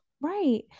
Right